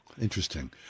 Interesting